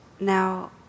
Now